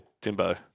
Timbo